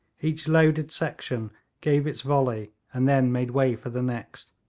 each loaded section gave its volley and then made way for the next,